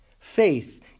Faith